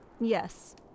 Yes